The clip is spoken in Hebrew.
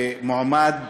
שמועמד